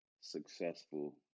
successful